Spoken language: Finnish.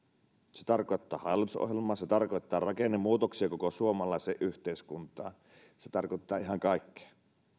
se tarkoittaa hallitusohjelmaa se tarkoittaa rakennemuutoksia koko suomalaiseen yhteiskuntaan se tarkoittaa ihan kaikkea